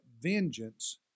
vengeance